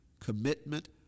commitment